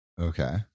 Okay